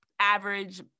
average